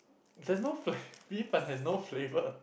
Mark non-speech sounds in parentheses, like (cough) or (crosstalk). there's no fl~ (breath) 米粉 has no flavour